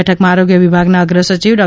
બેઠકમાં આરોગ્ય વિભાગના અગ્રસચિવ ડો